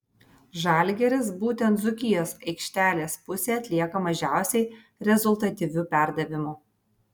žalgiris būtent dzūkijos aikštelės pusėje atlieka mažiausiai rezultatyvių perdavimų